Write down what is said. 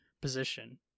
position